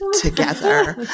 together